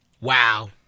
wow